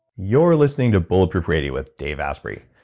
you're listening to bulletproof radio with dave asprey.